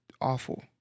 awful